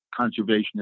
conservationist